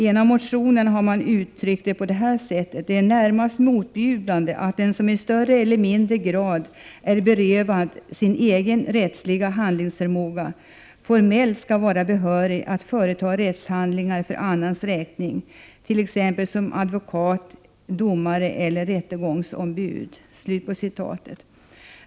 I motionen uttrycks att det är närmast ”motbjudande att den som i större eller mindre grad är berövad sin egen rättsliga handlingsförmåga formellt skall vara behörig att företa rättshandlingar för annans räkning t.ex. som advokat eller domare eller rättegångsombud”.